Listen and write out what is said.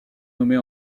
nommée